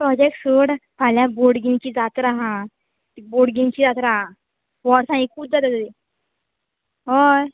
project सोड फाल्या बोडगिणीची जात्रा हा बोडगिणीची जात्रा वर्सांन एकुचदां जाता ती हय